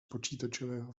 počítačového